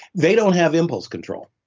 they don't have impulse control.